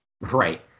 Right